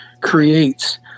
creates